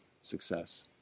success